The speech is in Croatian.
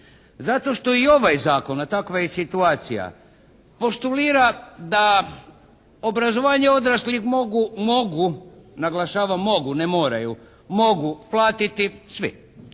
Zato što i ovaj Zakon a takva je i situacija oštulira na obrazovanje odraslih mogu, mogu, naglašavam mogu, ne moraju, mogu platiti svi.